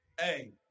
Hey